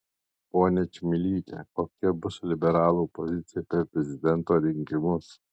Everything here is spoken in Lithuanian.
ponia čmilyte kokia bus liberalų pozicija per prezidento rinkimus